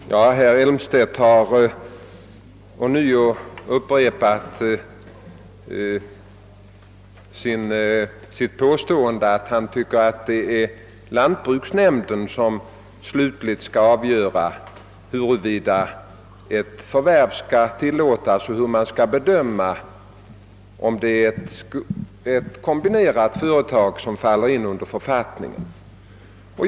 Herr talman! Herr Elmstedt har ånyo upprepat, att han anser att lantbruksnämnden slutligt skall avgöra huruvida ett förvärv skall tillåtas och huruvida det är ett kombinerat företag, som faller under författningen.